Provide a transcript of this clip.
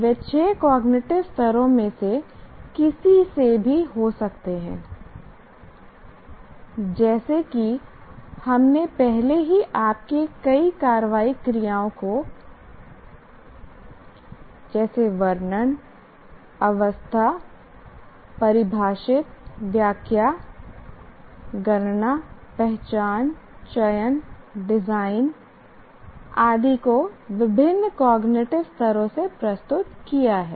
वे 6 cognitive स्तरों में से किसी से भी हो सकते हैं जैसे कि हमने पहले ही आपके कई कार्रवाई क्रिया को वर्णन अवस्था परिभाषित व्याख्या गणना पहचान चयन डिज़ाइन आदि को विभिन्न कॉग्निटिव स्तरों से प्रस्तुत किया है